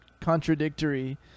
contradictory